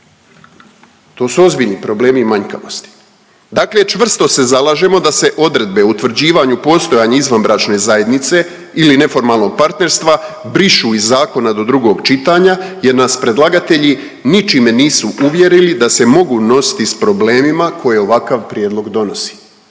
To su ozbiljni problemi i manjkavosti. Dakle čvrsto se zalažemo da se odredbe o utvrđivanju postojanja izvanbračne zajednice ili neformalnog partnerstva brišu iz zakona do drugo čitanja jer nas predlagatelji ničime nisu uvjerili da se mogu nositi s problemima koje ovakav prijedlog donosi.